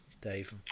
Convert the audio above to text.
Dave